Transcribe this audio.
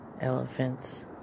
elephants